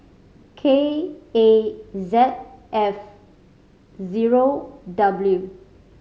K A Z F zero W